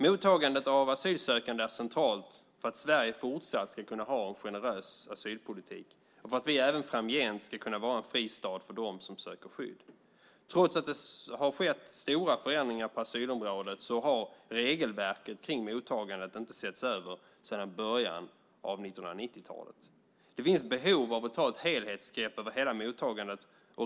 Mottagandet av asylsökande är centralt för att Sverige fortsatt ska kunna ha en generös asylpolitik och för att vi även framgent ska kunna vara en fristad för dem som söker skydd. Trots att det har skett stora förändringar på asylområdet har regelverket kring mottagandet inte setts över sedan början av 1990-talet. Det finns behov av att ta ett helhetsgrepp över hela mottagandet.